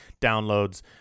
downloads